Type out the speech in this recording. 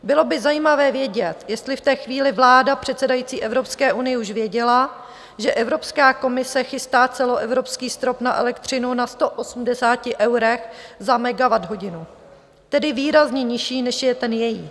Bylo by zajímavé vědět, jestli v té chvíli vláda předsedající Evropské unii už věděla, že Evropská komise chystá celoevropský strop na elektřinu na 180 eurech za megawatthodinu, tedy výrazně nižší, než je ten její.